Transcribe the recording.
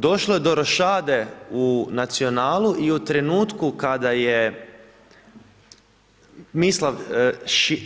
Došlo je do rošade u Nacionalu i u trenutku kada je Mislav